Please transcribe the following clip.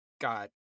got